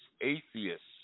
atheists